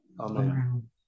Amen